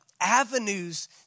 avenues